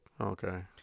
Okay